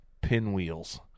pinwheels